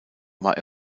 war